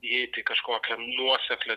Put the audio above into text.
įeit į kažkokią nuoseklią